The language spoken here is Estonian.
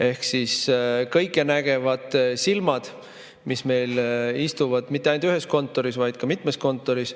Ehk siis kõike nägevad silmad, mis meil istuvad mitte ainult ühes kontoris, vaid ka mitmes kontoris,